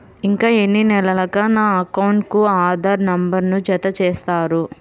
ఇంకా ఎన్ని నెలలక నా అకౌంట్కు ఆధార్ నంబర్ను జత చేస్తారు?